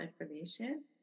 information